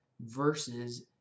versus